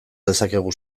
dezakegu